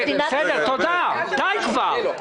תודה רבה.